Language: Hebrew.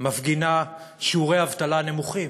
מפגינה שיעורי אבטלה נמוכים,